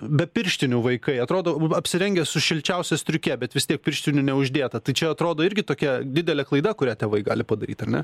be pirštinių vaikai atrodo apsirengęs su šilčiausia striuke bet vis tiek pirštinių neuždėta tai čia atrodo irgi tokia didelė klaida kurią tėvai gali padaryt ar ne